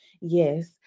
Yes